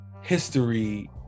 history